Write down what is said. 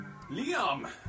Liam